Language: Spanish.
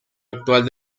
actual